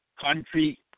country